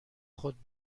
خود